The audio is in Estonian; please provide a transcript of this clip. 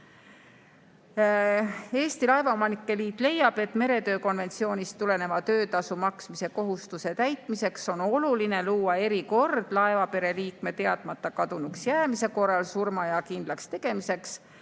Eesti Laevaomanike Liit leiab, et meretöö konventsioonist tuleneva töötasu maksmise kohustuse täitmiseks on oluline luua erikord laevapere liikme teadmata kadunuks jäämise korral surmaaja kindlakstegemiseks,